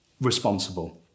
responsible